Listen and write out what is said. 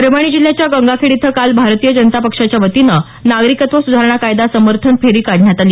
परभणी जिल्ह्याच्या गंगाखेड इथं काल भारतीय जनता पक्षाच्या वतीनं नागरिकत्व सुधारणा कायदा समर्थन फेरी काढण्यात आली